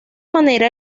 manera